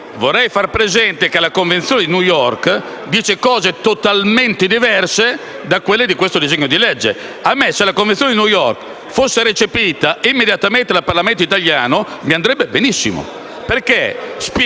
Vorrei far presente che la Convenzione di New York dice cose totalmente diverse da quelle di questo disegno di legge. Se la Convenzione di New York fosse recepita immediatamente dal Parlamento italiano, a me andrebbe benissimo, perché